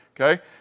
okay